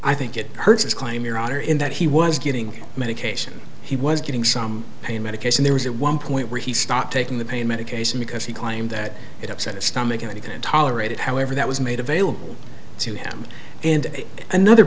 i think it hurts his claim your honor in that he was getting medication he was getting some pain medication there was at one point where he stopped taking the pain medication because he claimed that it upset stomach and he couldn't tolerate it however that was made available to him and another